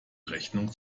rechnung